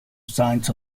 signs